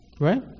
Right